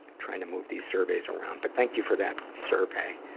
trying to move these surveys around. but thank you for that survey.